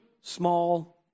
small